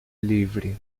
livre